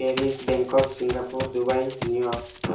Paris Bangkok Singapore Dubai New York